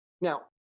Now